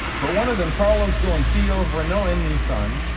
but one of them carlos ghosn, ceo of renault and nissan,